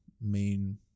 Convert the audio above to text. main